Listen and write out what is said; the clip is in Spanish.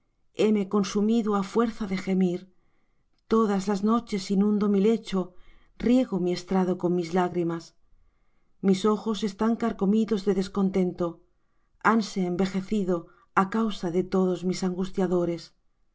heme consumido á fuerza de gemir todas las noches inundo mi lecho riego mi estrado con mis lágrimas mis ojos están carcomidos de descontento hanse envejecido á causa de todos mis angustiadores